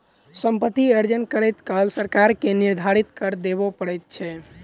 सम्पति अर्जन करैत काल सरकार के निर्धारित कर देबअ पड़ैत छै